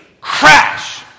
crash